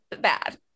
bad